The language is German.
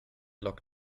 log